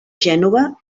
gènova